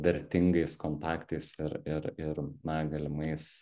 vertingais kontaktais ir ir ir na galimais